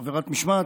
עבירת משמעת,